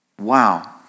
Wow